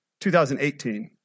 2018